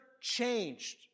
changed